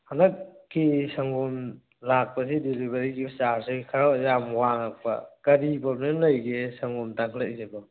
ꯍꯟꯗꯛꯀꯤ ꯁꯪꯒꯣꯝ ꯂꯥꯛꯄꯁꯤ ꯗꯦꯂꯤꯚꯔꯤꯒꯤ ꯆꯥꯔꯖꯁꯦ ꯈꯔ ꯌꯥꯝ ꯋꯥꯡꯉꯛꯄ ꯀꯔꯤ ꯄ꯭ꯔꯣꯕ꯭ꯂꯦꯝ ꯂꯩꯒꯦ ꯁꯪꯒꯣꯝ ꯇꯥꯡꯈꯠꯂꯛꯏꯁꯤꯕꯣ